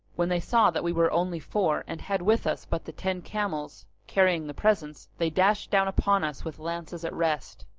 when they saw that we were only four and had with us but the ten camels carrying the presents, they dashed down upon us with lances at rest.